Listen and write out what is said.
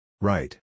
Right